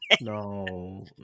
No